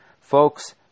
Folks